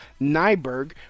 Nyberg